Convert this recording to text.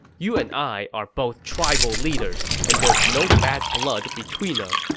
you and i are both tribal leaders, and there is no bad blood between us.